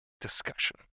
discussion